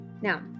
Now